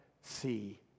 see